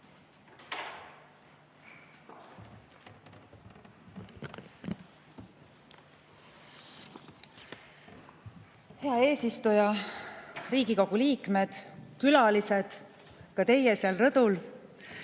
Hea eesistuja! Riigikogu liikmed! Külalised, ka teie seal rõdul!